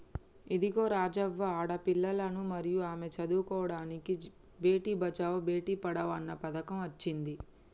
ఇదిగో రాజవ్వ ఆడపిల్లలను మరియు ఆమె చదువుకోడానికి బేటి బచావో బేటి పడావో అన్న పథకం అచ్చింది